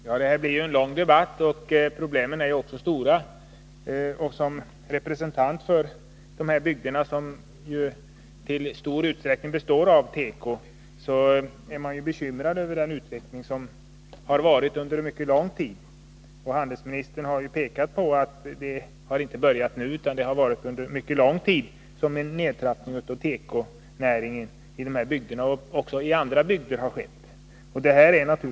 Herr talman! Detta blir en lång debatt, men problemen är också stora. Som representant för den bygd vars näringsliv till stor del består av tekoindustri är man bekymrad över den utveckling som pågått under mycket lång tid. Handelsministern har ju också pekat på att problemen inte börjat nu utan att nedtrappningen av tekonäringen i dessa och även andra bygder har skett under en mycket lång tid.